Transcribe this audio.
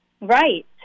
Right